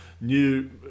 new